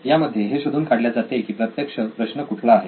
यामध्ये हे शोधून काढल्या जाते की प्रत्यक्ष प्रश्न कुठला आहे